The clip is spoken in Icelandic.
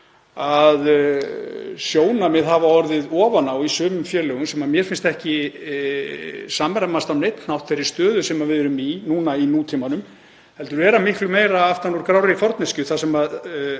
að sjónarmið hafa orðið ofan á í sumum félögum sem mér finnst ekki samræmast á neinn hátt þeirri stöðu sem við erum í í nútímanum heldur vera miklu meira aftan úr grárri forneskju þar sem